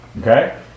Okay